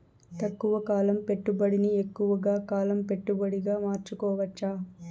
తక్కువ కాలం పెట్టుబడిని ఎక్కువగా కాలం పెట్టుబడిగా మార్చుకోవచ్చా?